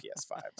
PS5